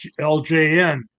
LJN